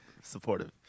Supportive